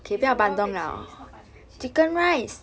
is the robot pekcek is not us pekcek